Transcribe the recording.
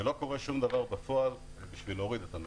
ולא קורה שום דבר בפועל בשביל להוריד את המחיר.